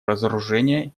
разоружения